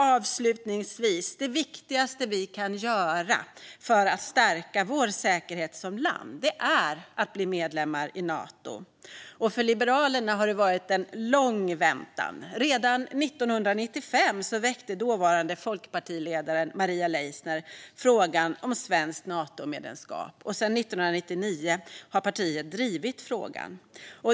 Avslutningsvis: Det viktigaste vi kan göra för att stärka vår säkerhet som land är att bli medlemmar i Nato. För Liberalerna har det varit en lång väntan. Redan 1995 väckte dåvarande folkpartiledaren Maria Leissner frågan om svenskt Natomedlemskap. Och sedan 1999 har partiet drivit frågan.